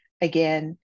again